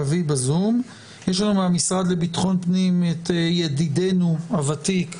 יש לנו מהמשרד לביטחון פנים את ידידינו הוותיק,